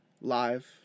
live